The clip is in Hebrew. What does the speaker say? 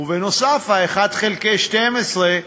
ובנוסף, 1 חלקי 12,